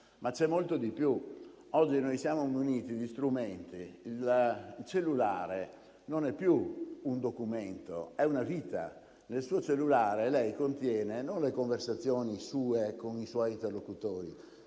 ma c'è molto di più. Oggi noi siamo muniti di determinati strumenti: il cellulare non è più un documento, è una vita. Il suo cellulare non contiene solo le sue conversazioni con i suoi interlocutori,